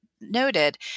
noted